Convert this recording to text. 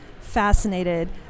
fascinated